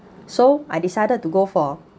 so I decided to go for